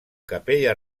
capella